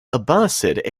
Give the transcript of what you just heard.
abbasid